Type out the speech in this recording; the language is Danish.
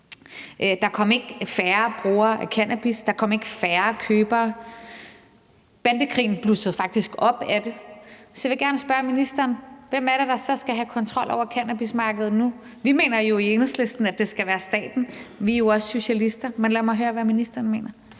der kom ikke færre brugere af cannabis; der kom ikke færre købere. Bandekrigen blussede faktisk op af det. Så jeg vil gerne spørge ministeren, hvem det så er, der skal have kontrol over cannabismarkedet nu. Vi mener i Enhedslisten, at det skal være staten – vi er jo også socialister. Men lad mig høre, hvad ministeren mener.